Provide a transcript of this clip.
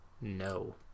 No